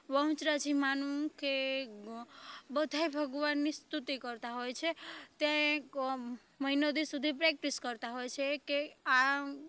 બહુચરાજીમાનું કે બધાં ભગવાનની સ્તુતિ કરતા હોય છે તે મહિનો દી સુધી પ્રેક્ટિસ કરતા હોય છે કે આ